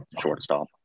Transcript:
shortstop